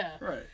Right